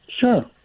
Sure